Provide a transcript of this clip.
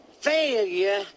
failure